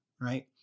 right